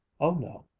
oh no,